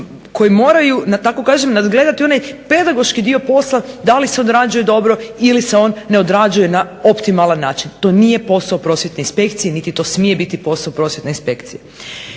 koji moraju da tako kažem nadgledati onaj pedagoški dio posla da li se odrađuje dobro ili se on ne odrađuje na optimalan način. To nije posao Prosvjetne inspekcije niti to smije biti posao Prosvjetne inspekcije.